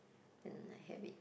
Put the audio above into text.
then I have it